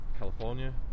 California